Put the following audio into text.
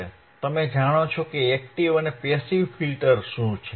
હવે તમે જાણો છો એક્ટીવ અને પેસીવ ફીલ્ટર શું છે